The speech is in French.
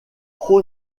pro